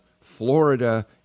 Florida